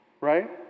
right